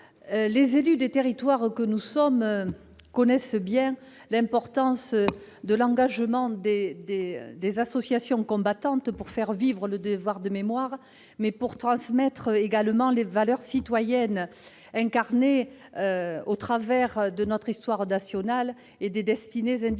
Les élus des territoires que nous sommes connaissent bien l'importance de l'engagement des associations combattantes non seulement pour faire vivre le devoir de mémoire, mais aussi pour transmettre les valeurs citoyennes reflétées par notre histoire nationale et par les destinées individuelles.